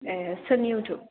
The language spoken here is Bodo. ए सोरनि इउटुब